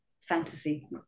fantasy